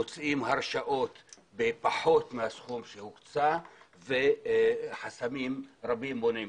מוציאים הרשאות נמוכות מהסכום שהוקצה וחסמים רבים קורים.